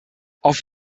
auf